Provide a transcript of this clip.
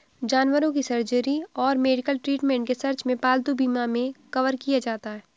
जानवरों की सर्जरी और मेडिकल ट्रीटमेंट के सर्च में पालतू बीमा मे कवर किया जाता है